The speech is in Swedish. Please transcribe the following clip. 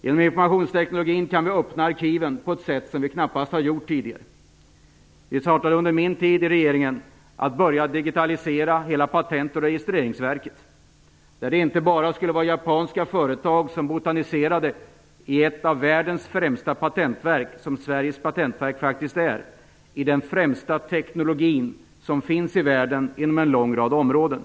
Genom informationsteknologin kan vi öppna arkiven på ett sätt som vi knappast har kunnat tidigare. Vi började under min tid i regeringen digitalisera hela Patent och registreringsverket. Det skulle inte bara vara japanska företag som botaniserade i ett av världens främsta patentverk - som Sveriges patentverk faktiskt är - i den främsta teknologin som finns i världen på en lång rad områden.